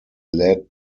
led